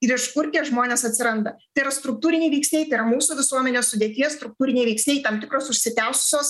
ir iš kur tie žmonės atsiranda tai yra struktūriniai veiksniai tai yra mūsų visuomenės sudėties struktūriniai veiksniai tam tikros užsitęsusios